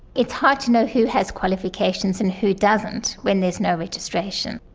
it's hard to know who has qualifications and who doesn't when there's no registration.